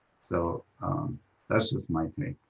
so that's just my take.